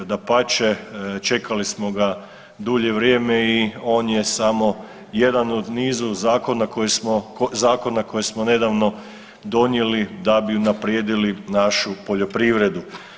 Dapače, čekali smo ga dulje vrijeme i on je samo jedan u nizu zakona koji smo nedavno donijeli da bi unaprijedili našu poljoprivredu.